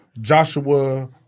Joshua